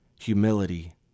Humility